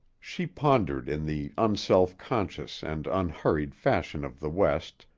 she pondered in the unself-conscious and unhurried fashion of the west,